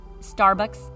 Starbucks